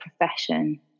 profession